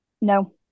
no